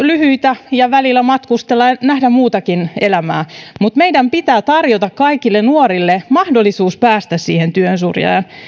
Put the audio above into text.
lyhyitä ja välillä matkustella nähdä muutakin elämää mutta meidän pitää tarjota kaikille nuorille mahdollisuus päästä siihen työn syrjään